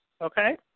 okay